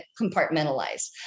compartmentalize